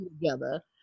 together